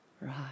Right